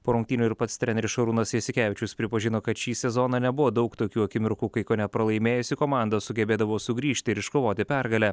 po rungtynių ir pats treneris šarūnas jasikevičius pripažino kad šį sezoną nebuvo daug tokių akimirkų kai kone pralaimėjusi komanda sugebėdavo sugrįžti ir iškovoti pergalę